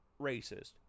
racist